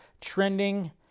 trending